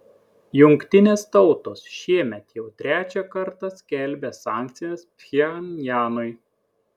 jungtinės tautos šiemet jau trečią kartą skelbia sankcijas pchenjanui